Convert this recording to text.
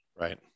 Right